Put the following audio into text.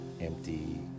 empty